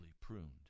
pruned